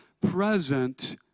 present